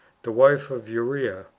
the wife of uriah,